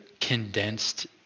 condensed